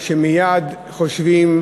שמייד חושבים,